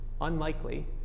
unlikely